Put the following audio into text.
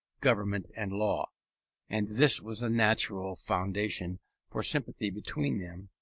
government and law and this was a natural foundation for sympathy between them,